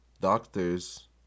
doctors